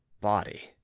body